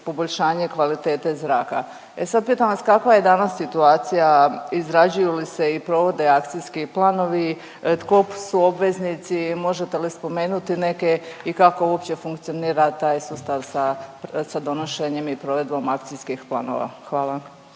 poboljšanje kvalitete zraka. E sad, pitam vas kakva je danas situacija? Izrađuju li se i provode akcijski planovi? Tko su obveznici? Možete li spomenuti neke i kako uopće funkcionira taj sustav sa donošenjem i provedbom akcijskih planova? Hvala.